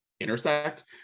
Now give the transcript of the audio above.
intersect